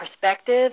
perspective